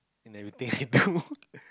in everything I do